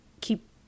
keep